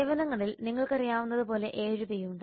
സേവനങ്ങളിൽ നിങ്ങൾക്കറിയാവുന്നതുപോലെ 7 പി ഉണ്ട്